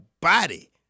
body